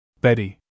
Betty